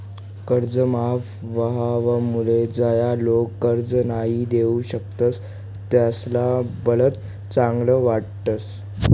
कर्ज माफ व्हवामुळे ज्या लोक कर्ज नई दिऊ शकतस त्यासले भलत चांगल वाटस